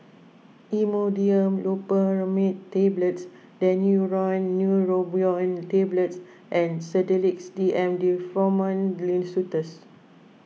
Imodium Loperamide Tablets Daneuron Neurobion Tablets and Sedilix D M